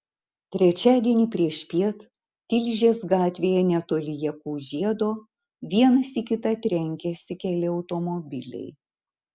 trečiadienį priešpiet tilžės gatvėje netoli jakų žiedo vienas į kitą trenkėsi keli automobiliai